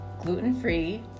gluten-free